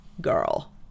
girl